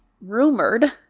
rumored